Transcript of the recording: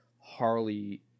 Harley